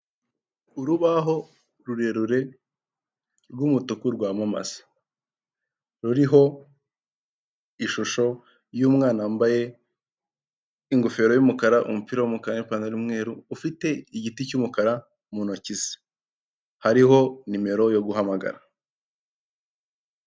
Urubaho rurerure rw'umutuku rwamamaza, ruriho ishusho y'umwana wambaye ingofero y'umukara umupira w'umukara n'ipantaro y'umweru, ufite igiti cy'umukara mu ntoki ze hariho nimero yo guhamagara.